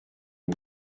eau